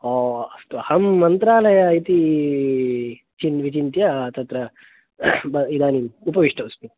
ओ अस्तु अहं मन्त्रालय इति चिन् विचिन्त्य तत्र ब इदानीं उपविष्टो अस्मि